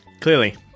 Clearly